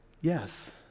yes